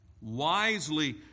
wisely